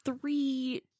three